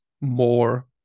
more